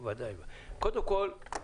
קודם כל,